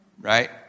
right